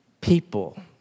people